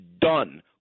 done